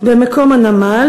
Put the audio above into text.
"במקום הנמל,